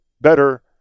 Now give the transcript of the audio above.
better